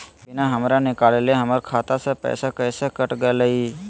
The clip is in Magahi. बिना हमरा निकालले, हमर खाता से पैसा कैसे कट गेलई?